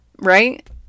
Right